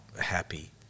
happy